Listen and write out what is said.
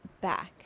back